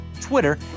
Twitter